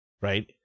right